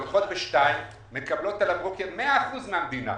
הולכות ב-2:00 ומקבלות על הבוקר 100 אחוזים מהמדינה.